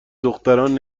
دختران